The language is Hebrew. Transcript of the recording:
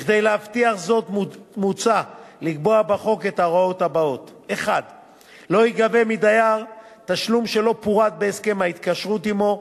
כדי להבטיח זאת מוצע לקבוע בחוק את ההוראות האלה: 1. לא ייגבה מדייר תשלום שלא פורט בהסכם ההתקשרות עמו,